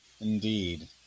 indeed